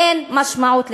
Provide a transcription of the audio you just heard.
אין משמעות לתקציב,